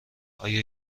آیا